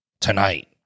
tonight